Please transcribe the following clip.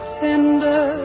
tender